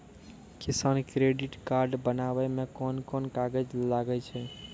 किसान credit card बनाबै मे कोन कोन कागज लागै छै?